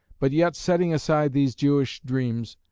but yet setting aside these jewish dreams,